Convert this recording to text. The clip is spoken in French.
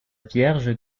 vierge